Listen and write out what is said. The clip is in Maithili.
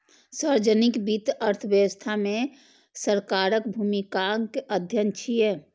सार्वजनिक वित्त अर्थव्यवस्था मे सरकारक भूमिकाक अध्ययन छियै